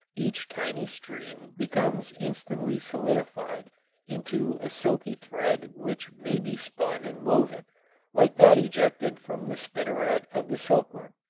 each tiny stream becomes instantly solidified into a silky thread which may be spun and woven like that ejected from the spinneret of the silkworm.